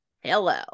hello